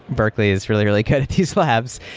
berkeley is really, really good at these labs,